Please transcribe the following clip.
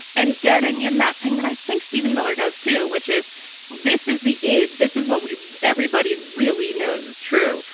and getting in that thing that i think steven miller does, too, which is this is the id, this is what we everybody really knows is true.